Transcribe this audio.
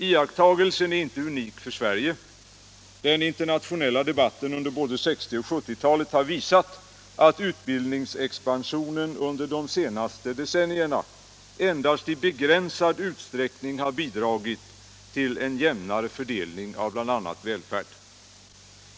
lakttagelsen är inte unik för Sverige. Den internationella debatten under både 1960 och 1970-talet har visat att utbildningsexpansionen under de senaste decennierna endast i begränsad utsträckning har bidragit till en jämnare fördelning av bl.a. välfärd.